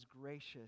gracious